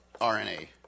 RNA